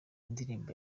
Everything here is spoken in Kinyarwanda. ndirimbo